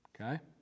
Okay